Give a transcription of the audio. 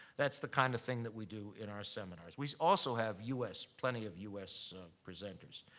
that's the kind of thing that we do in our seminars. we also have us, plenty of us presenters.